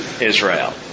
Israel